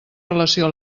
relació